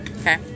Okay